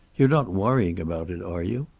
you're not worrying about it, are you?